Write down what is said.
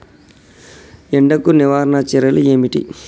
ఎండకు నివారణ చర్యలు ఏమిటి?